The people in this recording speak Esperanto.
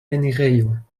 enirejo